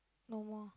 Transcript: no more